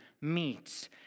meets